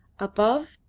above,